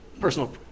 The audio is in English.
personal